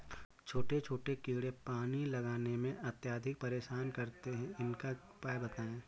छोटे छोटे कीड़े पानी लगाने में अत्याधिक परेशान करते हैं इनका उपाय बताएं?